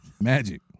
Magic